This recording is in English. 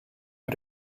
are